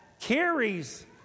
carries